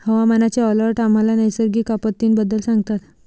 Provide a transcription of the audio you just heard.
हवामानाचे अलर्ट आम्हाला नैसर्गिक आपत्तींबद्दल सांगतात